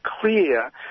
clear